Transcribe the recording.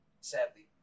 sadly